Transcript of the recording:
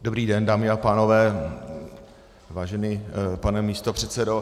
Dobrý den, dámy a pánové, vážený pane místopředsedo.